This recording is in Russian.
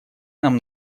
нам